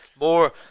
more